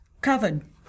covered